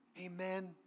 Amen